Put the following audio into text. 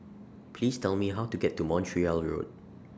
Please Tell Me How to get to Montreal Road